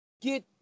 get